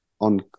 on